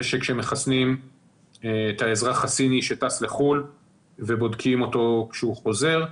וכשמחסנים את האזרח הסיני שטס לחו"ל ובודקים אותו כשהוא חוזר,